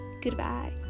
Goodbye